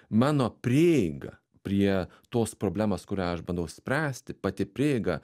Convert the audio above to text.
mano prieiga prie tos problemos kurią aš bandau spręsti pati prieiga